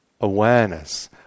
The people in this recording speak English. awareness